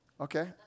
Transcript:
Okay